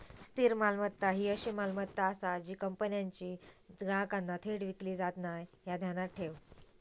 स्थिर मालमत्ता ही अशी मालमत्ता आसा जी कंपनीच्या ग्राहकांना थेट विकली जात नाय, ह्या ध्यानात ठेव